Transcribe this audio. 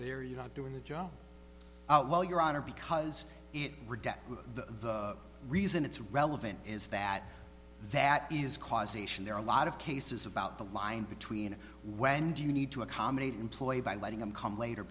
there you're not doing the job well your honor because it rejects the reason it's relevant is that that is causation there are a lot of cases about the line between when do you need to accommodate employed by letting them come later